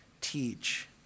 teach